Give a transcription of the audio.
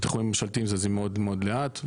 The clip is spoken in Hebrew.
בתי חולים ממשלתיים זזים מאוד מאוד לאט,